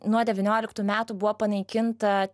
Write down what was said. nuo devynioliktų metų buvo panaikinta